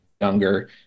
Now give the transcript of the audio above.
younger